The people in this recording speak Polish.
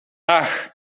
ach